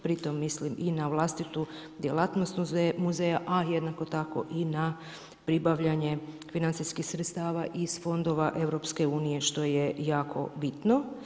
Pritom mislim i na vlastitu djelatnost muzeja, a jednako tako i na pribavljanje financijskih sredstava iz fondova EU što je jako bitno.